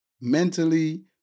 mentally